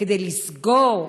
כדי לסגור,